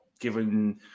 given